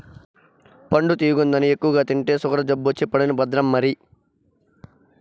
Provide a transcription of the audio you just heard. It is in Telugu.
పండు తియ్యగుందని ఎక్కువగా తింటే సుగరు జబ్బొచ్చి పడేను భద్రం మరి